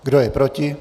Kdo je proti?